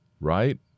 right